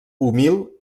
humil